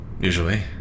usually